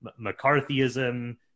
McCarthyism